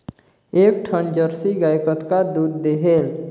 एक ठन जरसी गाय कतका दूध देहेल?